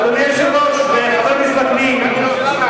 אדוני היושב-ראש וחבר הכנסת וקנין,